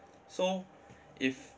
so if